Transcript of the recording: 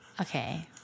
Okay